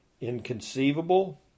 inconceivable